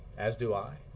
as do i.